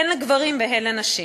הן לגברים והן לנשים,